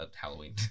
halloween